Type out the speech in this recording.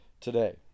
today